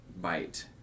bite